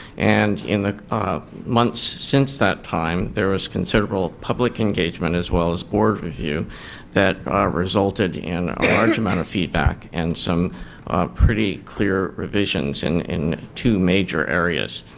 and in the months since that time there was considerable public engagement as well as board review that resulted in a large amount of feedback. and some pretty clear revisions and in two major areas.